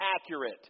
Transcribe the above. accurate